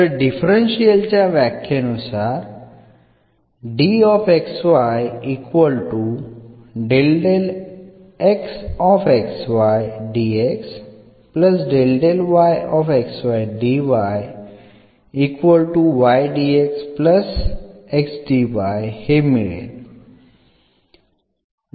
तर डिफरन्शियल च्या व्याख्ये नुसार हे मिळेल